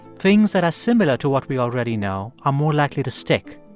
things that are similar to what we already know are more likely to stick.